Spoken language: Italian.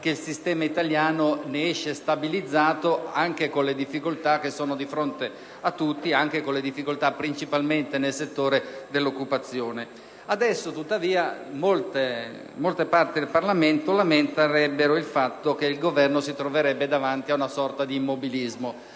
il sistema italiano ne esce stabilizzato, anche con le difficoltà che sono di fronte a tutti, principalmente nel settore dell'occupazione. Adesso, tuttavia, molte parti del Parlamento lamentano che il Governo si troverebbe davanti ad una sorta di immobilismo.